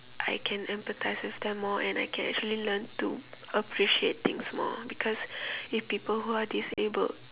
I can empathise with them more and I can actually learn to appreciate things more because if people who are disabled